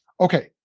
Okay